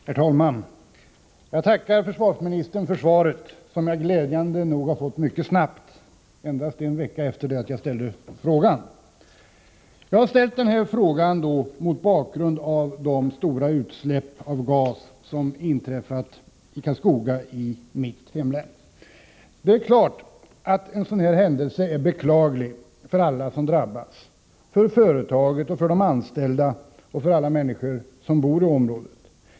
Herr talman! Jag tackar försvarsministern för svaret, som jag glädjande nog har fått mycket snabbt — endast en vecka efter det att jag ställde frågan. Jag har ställt frågan mot bakgrund av de stora utsläpp av gas som inträffat i Karlskoga i mitt hemlän. Det är klart att en sådan händelse är beklaglig för alla som drabbats — för företaget, för de anställda och för alla som bor i området.